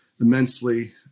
immensely